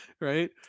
Right